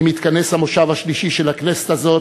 עם התכנס המושב השלישי של הכנסת הזאת,